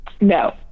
No